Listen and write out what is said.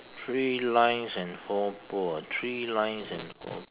three lines and four pole three lines and four